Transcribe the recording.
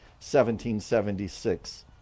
1776